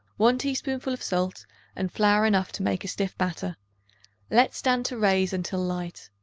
one teaspoonful of salt and flour enough to make a stiff batter let stand to raise until light.